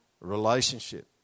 relationship